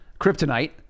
Kryptonite